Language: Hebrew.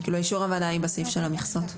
אישור הוועדה בסעיף של המכסות.